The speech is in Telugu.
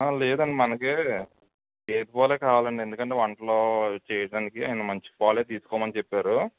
లేదండి మనకి గేదె పాలు కావాలి అండి ఎందుకంటే వంటలు అవి చేయడానికి నన్ను మంచి పాలు తీసుకోమని చెప్పారు